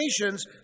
nations